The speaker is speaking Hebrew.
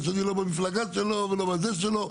שאני לא במפלגה שלו ואני לא בזה שלו,